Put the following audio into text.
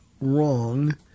wrong